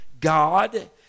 God